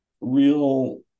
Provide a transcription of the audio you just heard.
real